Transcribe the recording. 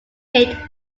date